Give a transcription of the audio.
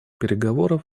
переговоров